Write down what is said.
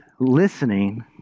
listening